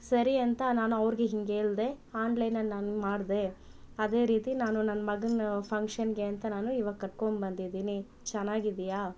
ಸರಿ ಅಂತ ನಾನು ಅವ್ರಿಗೆ ಹಿಂಗೆ ಹೇಳ್ದೆ ಆನ್ಲೈನಲ್ಲಿ ನಾನು ಮಾಡ್ದೆ ಅದೇ ರೀತಿ ನಾನು ನನ್ನ ಮಗನ ಫಂಕ್ಷನ್ಗೆ ಅಂತ ನಾನು ಇವಾಗ ಕಟ್ಕೊಂಡು ಬಂದಿದ್ದೀನಿ ಚೆನ್ನಾಗಿದೆಯಾ